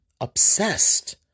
Obsessed